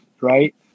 right